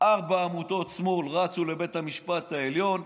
ארבע עמותות שמאל רצו לבית המשפט העליון,